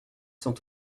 sont